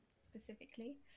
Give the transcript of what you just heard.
specifically